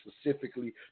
specifically